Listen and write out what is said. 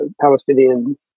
Palestinian